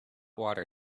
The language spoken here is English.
water